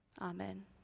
Amen